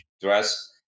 dress